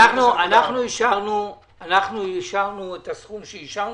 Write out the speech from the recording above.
אנחנו אישרנו את הסכום שאישרנו.